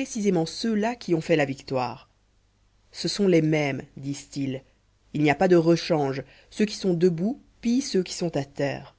précisément ceux-là qui ont fait la gloire ce sont les mêmes disent-ils il n'y a pas de rechange ceux qui sont debout pillent ceux qui sont à terre